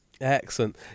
Excellent